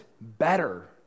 better